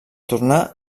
tornà